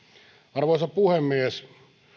arvoisa puhemies